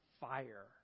fire